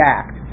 act